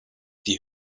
die